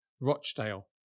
Rochdale